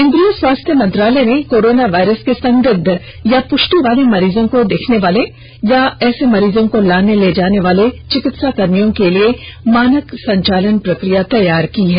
केन्द्रीय स्वास्थ्य मंत्रालय ने कोरोना वायरस के संदिग्ध या पुष्टि वाले मरीजों को देखने वाले या ऐसे मरीजों को लाने ले जाने वाले चिकित्साकर्मियों के लिए मानक संचालन प्रक्रिया तैयार की है